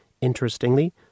Interestingly